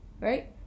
right